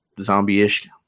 zombie-ish